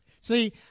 See